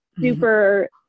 super